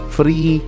free